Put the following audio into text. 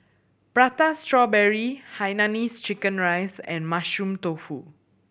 Prata Strawberry hainanese chicken rice and Mushroom Tofu